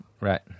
Right